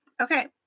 Okay